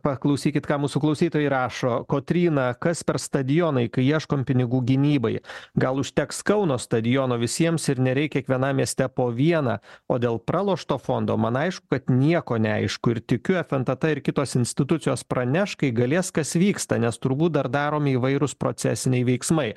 paklausykit ką mūsų klausytojai rašo kotryna kas per stadionai kai ieškom pinigų gynybai gal užteks kauno stadiono visiems ir nereikia kiekvienam mieste po vieną o dėl pralošto fondo man aišku kad nieko neaišku ir tikiu nftt ir kitos institucijos praneš kai galės kas vyksta nes turbūt dar daromi įvairūs procesiniai veiksmai